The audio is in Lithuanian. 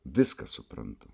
viską suprantu